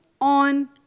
on